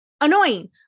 annoying